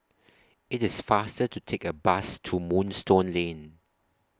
IT IS faster to Take A Bus to Moonstone Lane